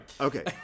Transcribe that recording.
Okay